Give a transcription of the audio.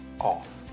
off